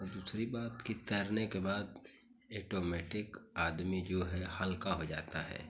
और दुसरी बात कि तैरने के बाद एटोमैटिक आदमी जो है हल्का हो जाता है